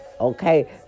okay